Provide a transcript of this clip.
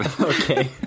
Okay